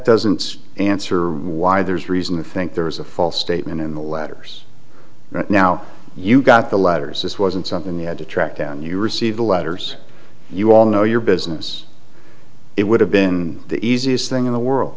doesn't answer why there's reason to think there is a false statement in the letters right now you got the letters this wasn't something the had to track down you receive the letters you all know your business it would have been the easiest thing in the world